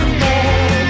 more